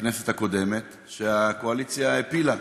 מהכנסת הקודמת, שהקואליציה הפילה.